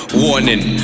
warning